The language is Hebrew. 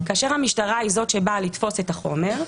כאשר הרשות החוקרת רוצה לתפוס את החומר,